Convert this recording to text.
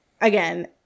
again